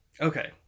Okay